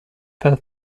fell